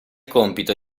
compito